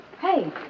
Hey